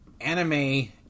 anime